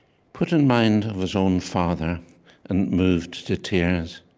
put in mind of his own father and moved to tears